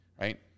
right